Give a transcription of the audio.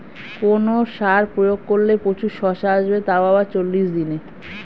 কোন সার প্রয়োগ করলে প্রচুর শশা আসবে তাও আবার চল্লিশ দিনে?